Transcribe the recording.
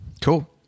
Cool